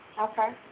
Okay